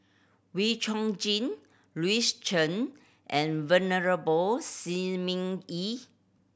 Wee Chong Jin Louis Chen and Venerable Shi Ming Yi